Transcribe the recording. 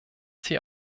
sie